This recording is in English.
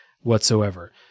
whatsoever